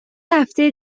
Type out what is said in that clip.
هفته